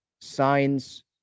signs